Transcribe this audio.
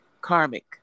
karmic